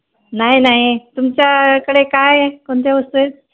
नाही नाही तुमच्याकडे काय आहे कोणत्या वस्तू आहेत